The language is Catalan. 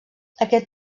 aquest